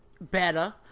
better